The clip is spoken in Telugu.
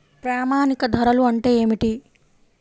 ప్రామాణిక ధరలు అంటే ఏమిటీ?